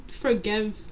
forgive